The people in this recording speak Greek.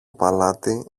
παλάτι